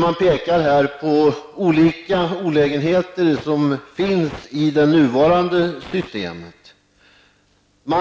Man pekar på de olika olägenheter som finns i det nuvarande systemet.